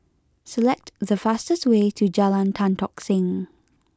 select the fastest way to Jalan Tan Tock Seng